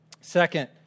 Second